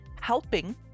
helping